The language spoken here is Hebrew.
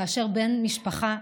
כאשר בן משפחה,